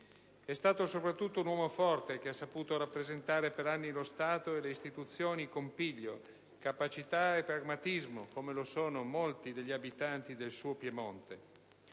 È stato soprattutto un uomo forte che ha saputo rappresentare per anni lo Stato e le istituzioni con piglio, capacità e pragmatismo, doti che si riconoscono a molti abitanti del suo Piemonte.